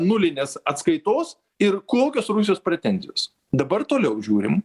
nulinės atskaitos ir kokios rusijos pretenzijos dabar toliau žiūrim